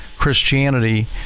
Christianity